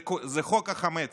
זה חוק החמץ.